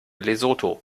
lesotho